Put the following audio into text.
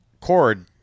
Cord